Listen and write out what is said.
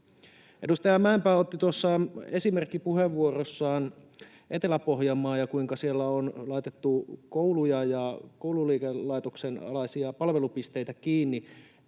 Edustaja Mäenpää otti tuossa puheenvuorossaan esimerkiksi Etelä-Pohjanmaan ja sen, kuinka siellä on laitettu kouluja ja koululiikelaitoksen alaisia palvelupisteitä kiinni.